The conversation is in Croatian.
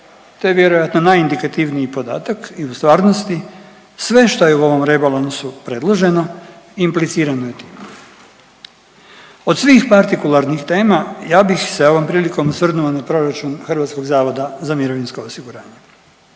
je vjerojatno najindikativniji podatak i u stvarnosti sve što je u ovom rebalansu predloženo implicirano je time. Od svih partikularnih tema ja bih se ovom prilikom osvrnuo na proračun Hrvatskog zavoda za mirovinsko osiguranje.